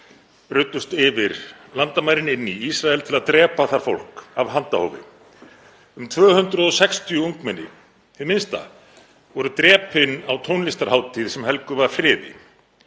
brutust yfir landamærin inn í Ísrael til að drepa þar fólk af handahófi. Um 260 ungmenni hið minnsta voru drepin á tónlistarhátíð sem helguð var friði.